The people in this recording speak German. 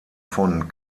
von